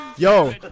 Yo